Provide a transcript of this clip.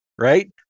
right